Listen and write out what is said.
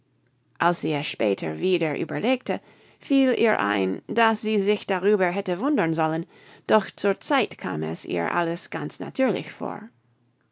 als sie es später wieder überlegte fiel ihr ein daß sie sich darüber hätte wundern sollen doch zur zeit kam es ihr alles ganz natürlich vor